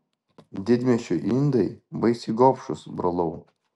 didmiesčių indai baisiai gobšūs brolau